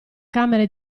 camera